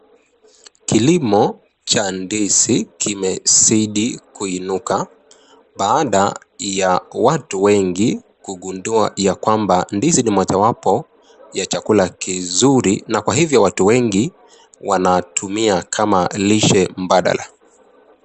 Kilimo cha ndizi kimezidi kuinuka baada ya watu wengi kugundua ya kwamba ndizi ni mojawapo ya chakula kizuri na kwa hivyo, watu wengi wanatumia kama lishe mbadala.